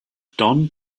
don